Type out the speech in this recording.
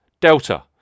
Delta